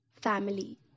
family